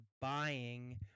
buying